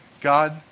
God